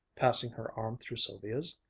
passing her arm through sylvia's.